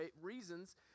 reasons